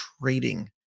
trading